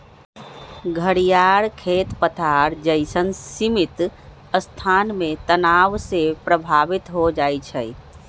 घरियार खेत पथार जइसन्न सीमित स्थान में तनाव से प्रभावित हो जाइ छइ